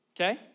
Okay